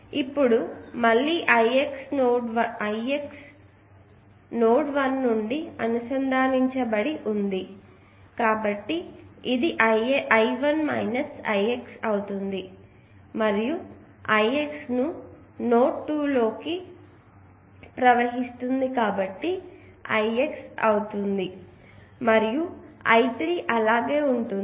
కాబట్టి మళ్ళీ Ix node 1 నుండి అనుసంధానించబడి ఉంది కాబట్టి ఇది I1 Ix అవుతుంది మరియు Ix ను నోడ్ 2 లోకి ప్రవహిస్తోంది కాబట్టి Ix అవుతుంది మరియు I3 అలాగే ఉంటుంది